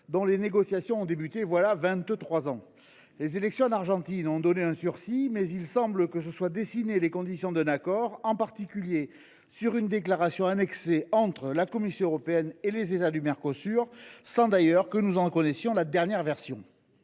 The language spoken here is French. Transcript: dont les négociations ont débuté voilà vingt trois ans. Les élections en Argentine ont donné un sursis, mais il semble que se soient dessinées les conditions d’un accord, en particulier sur une déclaration annexée entre la Commission européenne et les États du Mercosur, sans d’ailleurs que nous en connaissions la dernière version.